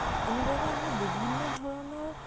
এনেদৰে আমি বিভিন্ন ধৰণৰ